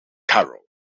carroll